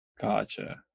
gotcha